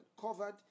covered